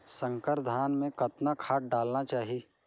संकर धान मे कतना खाद डालना चाही?